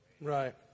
Right